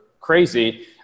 crazy